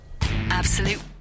Absolute